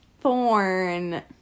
Thorn